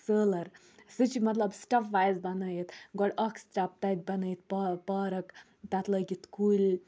سٲلَر سُہ چھُ مطلب سٹیٚپ وایِز بَنٲیِتھ گۄڈٕ اَکھ سِٹیٚپ تَتہِ بَنٲیِتھ پا پارَک تَتھ لٲگِتھ کُلۍ